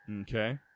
Okay